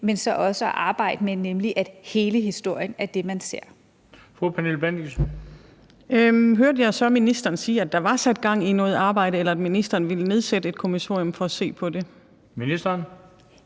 Pernille Bendixen. Kl. 16:23 Pernille Bendixen (DF): Hørte jeg så ministeren sige, at der var sat gang i noget arbejde, eller at ministeren ville nedsætte en kommission for at se på det? Kl.